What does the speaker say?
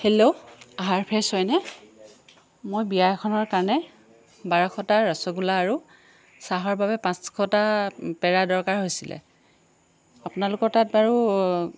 hello আহাৰ fresh হয়নে মই বিয়া এখনৰ কাৰণে বাৰশটা ৰসগোল্লা আৰু চাহৰ বাবে পাঁচশটা পেৰাৰ দৰকাৰ হৈছিলে আপোনলোকৰ তাত বাৰু